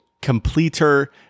completer